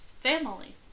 Family